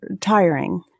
tiring